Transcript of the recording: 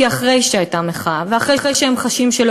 כי אחרי שהייתה מחאה ואחרי שהם חשים שלא